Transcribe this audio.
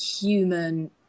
human